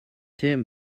term